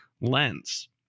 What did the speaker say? lens